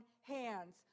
hands